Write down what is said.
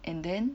and then